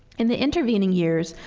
in the intervening years,